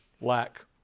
lack